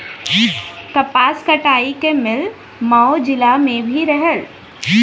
कपास कटाई क मिल मऊ जिला में भी रहल